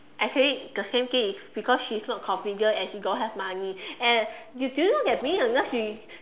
I say the same thing is because she is not confident and she don't have money and do do you know that being a nurse she